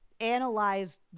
analyze